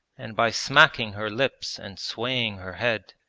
and by smacking her lips and swaying her head.